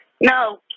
No